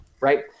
right